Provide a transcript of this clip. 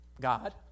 God